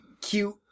cute